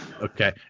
Okay